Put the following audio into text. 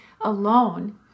alone